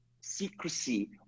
secrecy